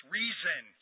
reason